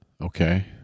Okay